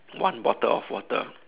one bottle of water